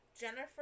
Jennifer